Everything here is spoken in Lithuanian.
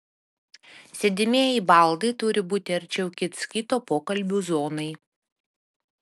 sėdimieji baldai turi būti arčiau kits kito pokalbių zonai